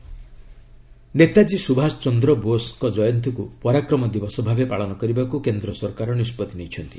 ନେତାଜୀ ନେତାଜୀ ସୁଭାଷ ଚନ୍ଦ୍ର ବୋଷଙ୍କ ଜୟନ୍ତୀକୁ 'ପରାକ୍ରମ ଦିବସ' ଭାବେ ପାଳନ କରିବାକୁ କେନ୍ଦ୍ର ସରକାର ନିଷ୍ପଭି ନେଇଛନ୍ତି